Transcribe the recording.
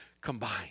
combined